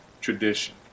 tradition